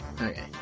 okay